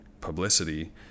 publicity